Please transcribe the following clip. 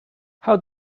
how